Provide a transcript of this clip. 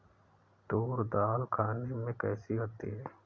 तूर दाल खाने में कैसी होती है?